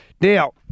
Now